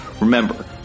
remember